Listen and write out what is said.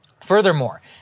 Furthermore